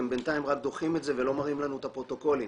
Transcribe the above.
הם בינתיים רק דוחים את זה ולא מראים לנו את הפרוטוקולים